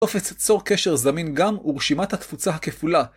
תופס צור קשר זמין גם הוא רשימת התפוצה הכפולה.